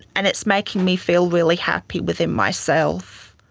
and it's making me feel really happy within myself.